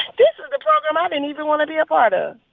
this is the program i didn't even want to be a part of.